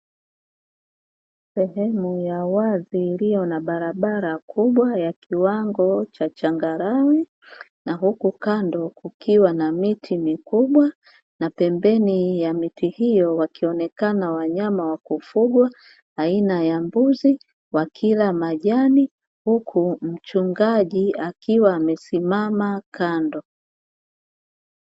Sehemu ya wazi iliyo na barabara kubwa ya kiwango cha changarawe na huku kando kukiwa na miti mikubwa na pembeni ya miti hiyo wakionekana wanyama wa kufugwa aina ya mbuzi wakila majani, huku mchungaji akiwa amesimama kando.